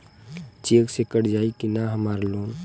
Check से कट जाई की ना हमार लोन?